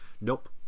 nope